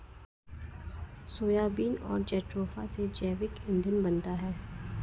soybean और jatropha से जैविक ईंधन बनता है